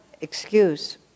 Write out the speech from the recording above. excuse